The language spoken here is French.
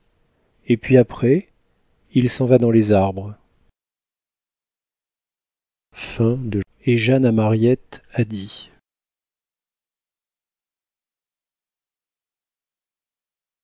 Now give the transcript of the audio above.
et puis après il s'en va dans les arbres